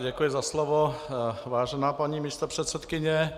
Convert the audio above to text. Děkuji za slovo, vážená paní místopředsedkyně.